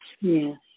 Yes